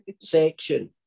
Section